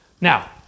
Now